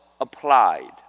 applied